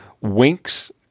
winks